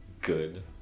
Good